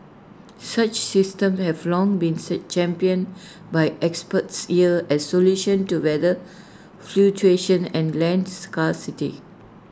such systems have long been set championed by experts here as solutions to weather fluctuations and lands scarcity